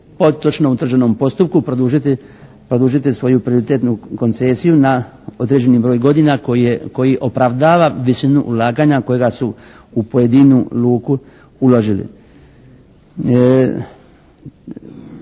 točno utvrđenom postupku produžiti svoju prioritetnu koncesiju na određeni broj godina koji opravdava visinu ulaganja kojega su u pojedinu luku uložili.